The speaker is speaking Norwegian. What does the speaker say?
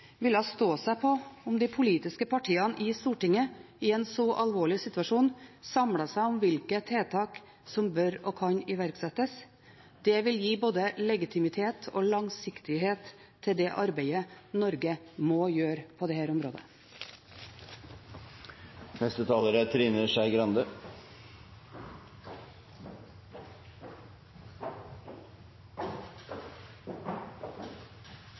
ville stå seg på at de politiske partiene i Stortinget i en så alvorlig situasjon samlet seg om hvilke tiltak som bør og kan iverksettes. Det vil gi både legitimitet og langsiktighet til det arbeidet Norge må gjøre på dette området.